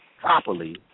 properly